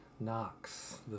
Knox